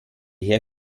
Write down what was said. herr